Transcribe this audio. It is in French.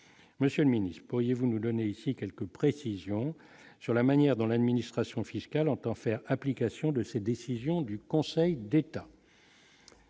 monsieur le Ministre, pourriez-vous nous donner ici quelques précisions sur la manière, dans l'administration fiscale, entend faire application de cette décision du Conseil d'État.